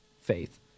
faith